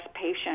patient